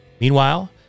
Meanwhile